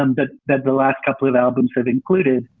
um but that the last couple of albums have included